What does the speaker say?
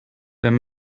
wenn